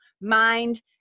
mind